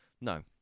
No